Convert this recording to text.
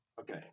Okay